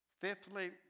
Fifthly